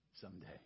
someday